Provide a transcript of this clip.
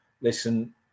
listen